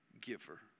giver